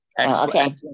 Okay